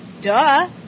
duh